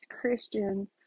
Christians